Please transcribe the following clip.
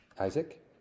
Isaac